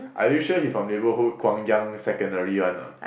are you sure he from neighbourhood Guang-Yang-secondary one or not